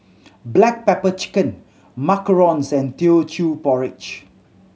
black pepper chicken macarons and Teochew Porridge